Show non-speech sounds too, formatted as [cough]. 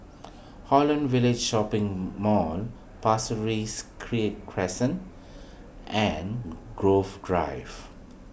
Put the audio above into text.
Holland Village Shopping [hesitation] Mall Pasir Ris Cri [unintelligible] and Grove Drive